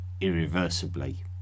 irreversibly